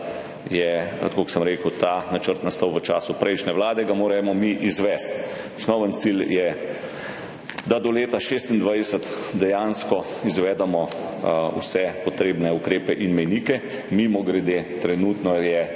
je, tako kot sem rekel, ta načrt nastal v času prejšnje vlade, ga moramo mi izvesti. Osnovni cilj je, da do leta 2026 dejansko izvedemo vse potrebne ukrepe in mejnike. Mimogrede, trenutno je